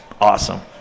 awesome